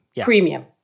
Premium